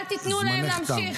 אל תיתנו להם להמשיך.